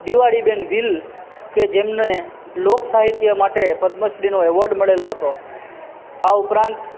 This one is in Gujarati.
દિવાળીબેન ભીલ કે જેમને લોકસાહિત્ય માટે પદ્મશ્રીનો એવોર્ડ મળેલો હતો આ ઉપરાંત